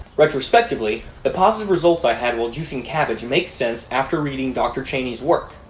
retrospectively the positive results i had while juicing cabbage make sense after reading dr. cheney's work.